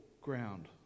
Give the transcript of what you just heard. ground